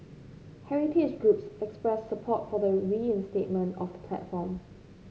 heritage groups expressed support for the reinstatement of the platform